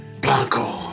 Blanco